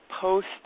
post